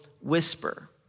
whisper